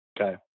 Okay